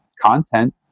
content